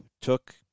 took